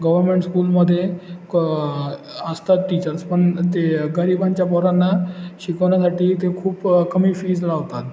government स्कूलमध्ये क असतात टीचर्स पण ते गरिबांच्या पोरांना शिकवण्यासाठी ते खूप कमी फीज लावतात